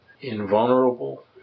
invulnerable